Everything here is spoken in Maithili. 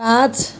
गाछ